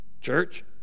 Church